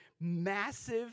massive